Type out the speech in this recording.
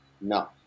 No